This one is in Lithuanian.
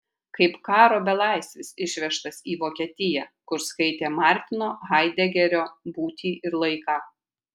kaip karo belaisvis išvežtas į vokietiją kur skaitė martino haidegerio būtį ir laiką